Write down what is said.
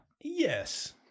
Yes